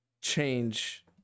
change